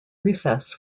recess